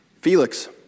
Felix